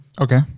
Okay